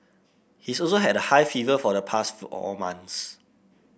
he is also had a high fever for the past four all months